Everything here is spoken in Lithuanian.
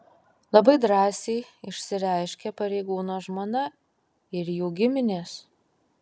labai drąsiai išsireiškė pareigūno žmona ir jų giminės